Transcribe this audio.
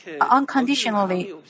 unconditionally